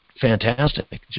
fantastic